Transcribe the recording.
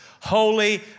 holy